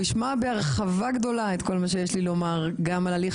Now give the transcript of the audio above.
הוא ישמע בהרחבה גדולה את כל מה שיש לי לומר גם על הליך